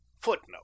Footnote